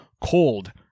cold